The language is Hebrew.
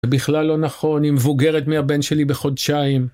ובכלל לא נכון, היא מבוגרת מהבן שלי בחודשיים.